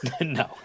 no